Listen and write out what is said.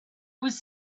was